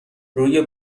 روی